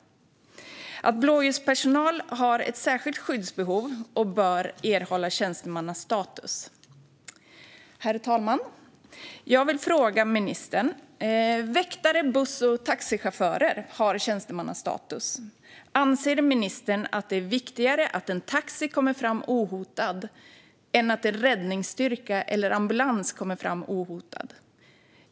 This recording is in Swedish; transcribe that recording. All blåljuspersonal har ett särskilt skyddsbehov och bör erhålla tjänstemannastatus. Herr talman! Jag vill ställa ett par frågor till ministern. Väktare, busschaufförer och taxichaufförer har tjänstemannastatus. Anser ministern att det är viktigare att en taxi kommer fram ohotad än att en räddningsstyrka eller ambulans gör det?